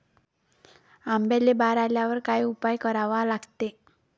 आंब्याले बार आल्यावर काय उपाव करा लागते?